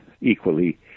equally